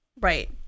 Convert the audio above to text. Right